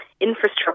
infrastructure